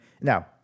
Now